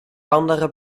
andere